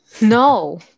No